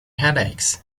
headaches